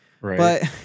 Right